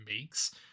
makes